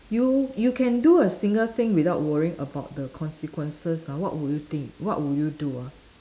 you you can do a single thing without worrying about the consequences ah what would you think what would you do ah